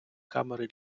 камери